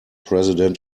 president